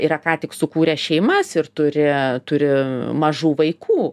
yra ką tik sukūrę šeimas ir turi turi mažų vaikų